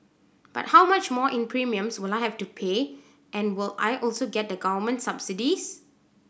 but how much more in premiums will I have to pay and will I also get the government subsidies